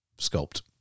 sculpt